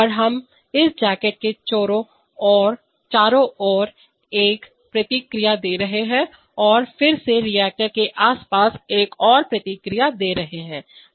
और हम इस जैकेट के चारों ओर एक प्रतिक्रिया दे रहे हैं और फिर से रिएक्टर के आसपास एक और प्रतिक्रिया दे रहे हैं